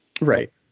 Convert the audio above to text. Right